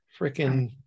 freaking